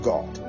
God